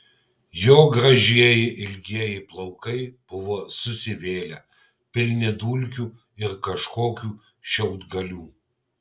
jo gražieji ilgieji plaukai buvo susivėlę pilni dulkių ir kažkokių šiaudgalių